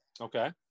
Okay